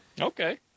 okay